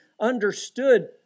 understood